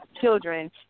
children